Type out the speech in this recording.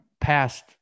past